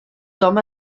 tom